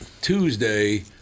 Tuesday